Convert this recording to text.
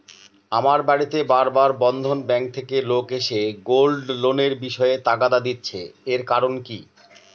আমার বাড়িতে বার বার বন্ধন ব্যাংক থেকে লোক এসে গোল্ড লোনের বিষয়ে তাগাদা দিচ্ছে এর কারণ কি?